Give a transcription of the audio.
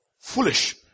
Foolish